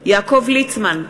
יעקב ליצמן,